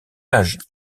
âge